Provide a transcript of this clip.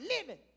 living